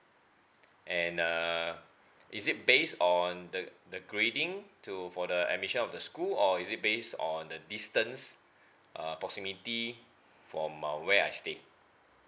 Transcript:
and uh is it based on the the grading to for the admission of the school or is it based on the distance uh proximity from uh where I stay